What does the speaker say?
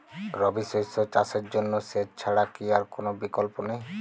রবি শস্য চাষের জন্য সেচ ছাড়া কি আর কোন বিকল্প নেই?